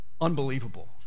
unbelievable